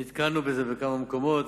נתקלנו בזה בכמה מקומות.